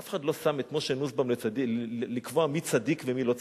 אף אחד לא שם את משה נוסבאום לקבוע מי צדיק ומי לא צדיק,